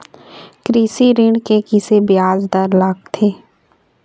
कृषि ऋण के किसे ब्याज दर लगथे?